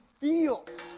feels